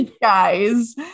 guys